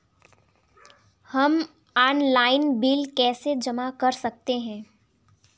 हम online bill कैसे जमा कर सकते हैं?